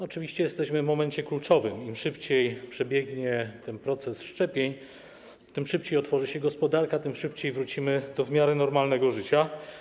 Oczywiście jesteśmy w momencie kluczowym, im szybciej przebiegnie proces szczepień, tym szybciej otworzy się gospodarka, tym szybciej wrócimy do w miarę normalnego życia.